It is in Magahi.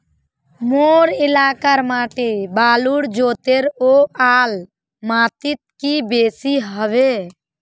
मोर एलाकार माटी बालू जतेर ओ ला माटित की बेसी हबे?